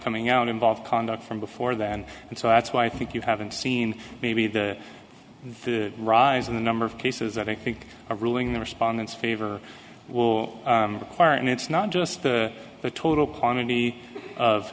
coming out involve conduct from before then and so that's why i think you haven't seen maybe the rise in the number of cases that i think a ruling the respondents favor will require and it's not just the total quantity of